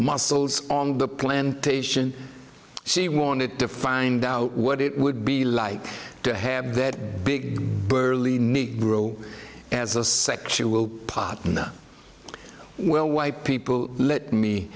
muscles on the plantation she wanted to find out what it would be like to have that big burly negro as a sexual partner well why people let me